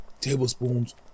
tablespoons